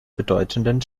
bedeutenden